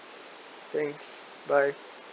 thanks bye